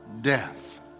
death